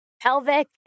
pelvic